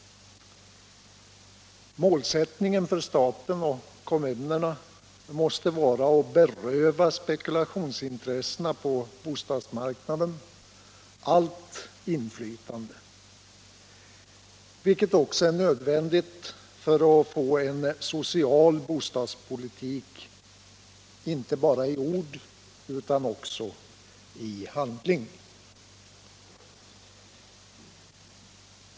Målsättningen för staten och kommunerna måste vara att beröva spekulationsintressena på bostadsmarknaden allt inflytande, vilket också är nödvändigt för att få en social bostadspolitik inte bara i ord utan även i handling.